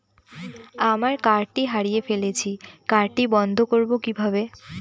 আমার কার্ডটি হারিয়ে ফেলেছি কার্ডটি বন্ধ করব কিভাবে?